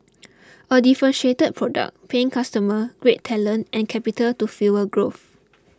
a differentiated product paying customer great talent and capital to fuel growth